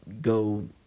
go